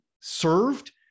served